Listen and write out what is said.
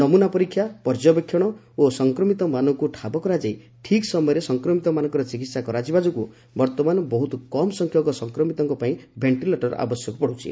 ନମୁନା ପରୀକ୍ଷା ପର୍ଯ୍ୟବେକ୍ଷଣ ଓ ସଂକ୍ରମିତମାନଙ୍କୁ ଠାବ କରାଯାଇ ଠିକ୍ ସମୟରେ ସଂକ୍ରମିତମାନଙ୍କର ଚିକିତ୍ସା କରାଯିବା ଯୋଗୁଁ ବର୍ତ୍ତମାନ ବହୁତ କମ୍ ସଂଖ୍ୟକ ସଂକ୍ମିତଙ୍କ ପାଇଁ ଭେଷ୍କିଲେଟର ଆବଶ୍ୟକ ପଡ଼ୁଛି